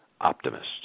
optimists